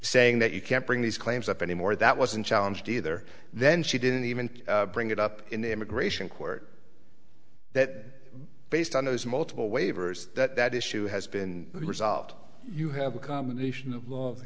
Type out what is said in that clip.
saying that you can't bring these claims up anymore that wasn't challenged either then she didn't even bring it up in the immigration court that based on those multiple waivers that that issue has been resolved you have a combination of